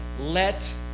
Let